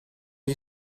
gli